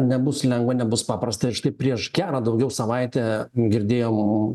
nebus lengva nebus paprasta ir štai prieš gerą daugiau savaitę girdėjom